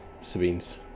Sabine's